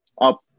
up